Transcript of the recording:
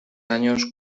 años